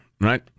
Right